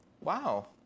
Wow